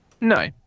no